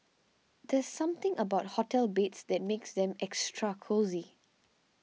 there's something about hotel beds that makes them extra cosy